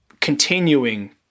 continuing